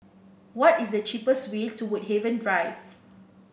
what is the cheapest way to Woodhaven Drive